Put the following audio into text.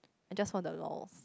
I just for the lols